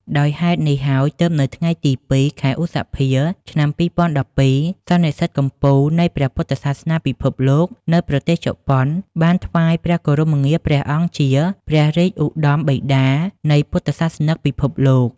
ដោយហេតុនេះហើយ ទើបនៅថ្ងៃទី០២ ខែឧសភា ឆ្នាំ២០១២ សន្និសីទកំពូលនៃព្រះពុទ្ធសាសនាពិភពលោកនៅប្រទេសជប៉ុន បានថ្វាយព្រះគោរមងារព្រះអង្គជា «ព្រះរាជឧត្ដមបិតានៃពុទ្ធសាសនិកពិភពលោក»។